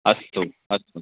अस्तु अस्तु